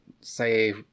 say